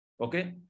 Okay